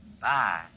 Bye